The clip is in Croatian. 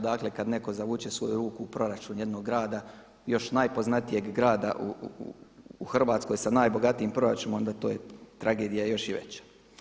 Dakle kada netko zavuče svoju ruku u proračun jednog grada, još najpoznatijeg grada u Hrvatskoj sa najbogatijim proračunom onda to je tragedija još i veća.